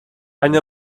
any